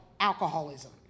alcoholism